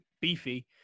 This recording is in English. beefy